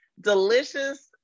delicious